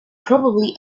probably